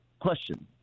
question